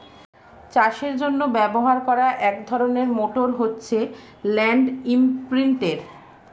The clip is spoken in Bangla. চাষের জন্য ব্যবহার করা এক ধরনের মোটর হচ্ছে ল্যান্ড ইমপ্রিন্টের